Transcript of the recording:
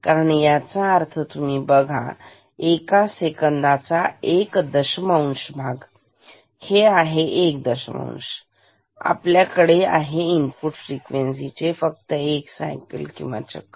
कारण याचा अर्थ तुम्ही बघा एका सेकंदाचा एक दशमांश भाग आणि हे आहे एक दशमांश आपल्याकडे आहे इनपुट फ्रिक्वेन्सी चे फक्त एक सायकल चक्र